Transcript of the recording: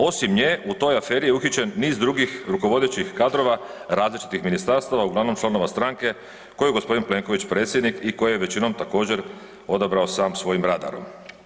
Osim nje u toj aferi je uhićen niz drugih rukovodećih kadrova različitih ministarstava uglavnom članova stranke kojoj je g. Plenković predsjednik i koje je većinom također odabrao sam svojim radarom.